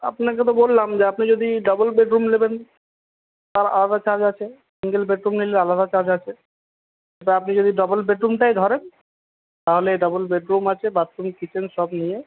আপনাকে তো বললাম যে আপনি যদি ডাবল বেডরুম নেবেন তার আলাদা চার্জ আছে সিঙ্গেল বেডরুম নিলে আলাদা চার্জ আছে সেটা আপনি যদি ডবল বেডরুমটাই ধরেন তাহলে ডবল বেডরুম আছে বাথরুম কিচেন সব নিয়ে